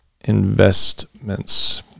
investments